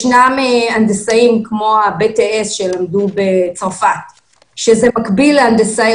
יש הנדסאים כמו ה-BTS שלמדו בצרפת שזה מקביל להנדסאי